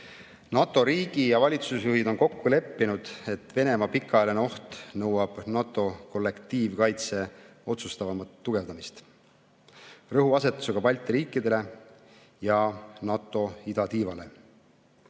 NATO riigi‑ ja valitsusjuhid on kokku leppinud, et Venemaa pikaajaline oht nõuab NATO kollektiivkaitse otsustavamat tugevdamist rõhuasetusega Balti riikidele ja NATO idatiivale.